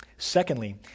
Secondly